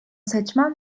seçmen